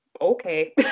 okay